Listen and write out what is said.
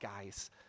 guys